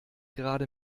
gerade